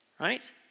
Right